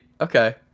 Okay